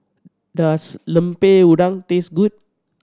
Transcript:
does Lemper Udang taste good